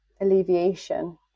alleviation